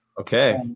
Okay